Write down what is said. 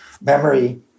Memory